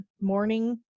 morning